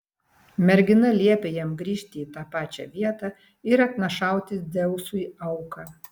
mergina liepė jam grįžti į tą pačią vietą ir atnašauti dzeusui auką